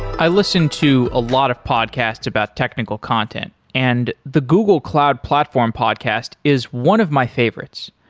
i listen to a lot of podcast about technical content and the google cloud platform podcast is one of my favorites.